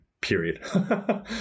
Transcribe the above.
Period